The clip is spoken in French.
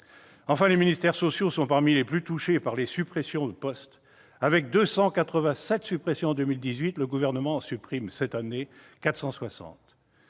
Enfin, les ministères sociaux sont parmi les plus touchés par les suppressions de postes. Après 287 en 2018, le Gouvernement supprime, cette année, 460